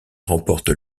remporte